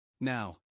Now